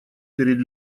перед